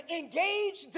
engage